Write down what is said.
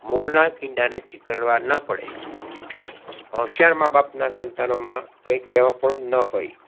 મોરના ઈંડાને ચિતરવા ન પડે હોંશિયાર માબાપના સંતાનોમાં કાંઈ કહેવાપણું ન હોય